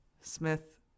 Smith